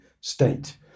state